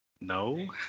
No